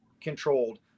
controlled